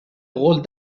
rôle